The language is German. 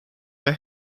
der